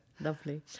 Lovely